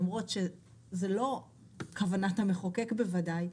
למרות שזו בוודאי לא כוונת המחוקק,